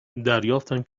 دریافتم